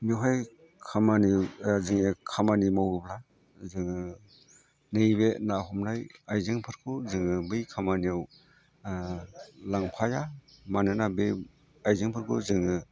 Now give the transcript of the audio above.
बेयावहाय खामानि जोङो खामानि मावोब्ला जोङो नैबे ना हमनाय आयजेंफोरखौ जोङो बै खामानियाव लांफाया मानोना बे आयजेंफोरखौ जोङो